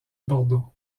bordeaux